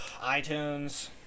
iTunes